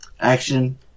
action